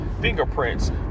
fingerprints